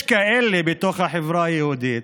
יש כאלה בתוך החברה היהודית,